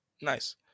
Nice